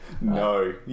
no